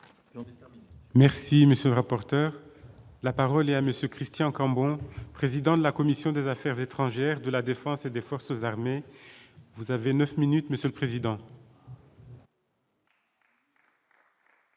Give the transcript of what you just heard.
Merci, monsieur le rapporteur, la parole est à monsieur Christian Cambon, président de la commission des Affaires étrangères de la Défense et des forces armées, vous avez 9 minutes Monsieur le Président.